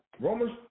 Romans